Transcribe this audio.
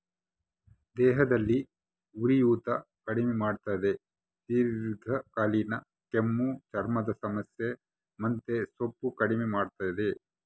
ದೇಹದಲ್ಲಿ ಉರಿಯೂತ ಕಡಿಮೆ ಮಾಡ್ತಾದ ದೀರ್ಘಕಾಲೀನ ಕೆಮ್ಮು ಚರ್ಮದ ಸಮಸ್ಯೆ ಮೆಂತೆಸೊಪ್ಪು ಕಡಿಮೆ ಮಾಡ್ತಾದ